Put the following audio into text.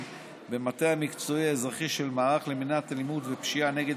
במטה המקצועי האזרחי של המערך למניעת אלימות ופשיעה נגד